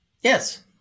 Yes